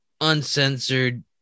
Uncensored